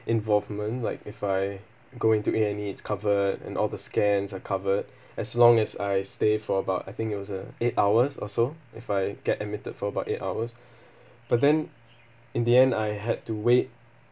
involvement like if I go into A and E it's covered and all the scans are covered as long as I stay for about I think it was a eight hours or so if I get admitted for about eight hours but then in the end I had to wait